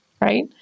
right